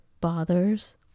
bothers